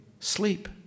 Sleep